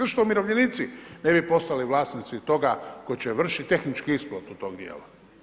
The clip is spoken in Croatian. Zašto umirovljenici ne bi postali vlasnici toga tko će vršiti tehnički isplatu tog dijela?